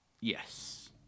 Yes